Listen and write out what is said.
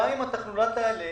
גם אם התחלואה תעלה,